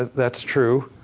that's true.